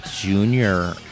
junior